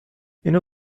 اینو